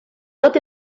tot